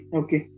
okay